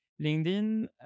linkedin